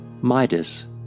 Midas